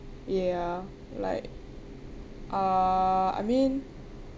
ya like uh I mean